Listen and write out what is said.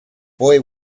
boy